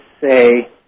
say